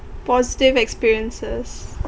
positive experiences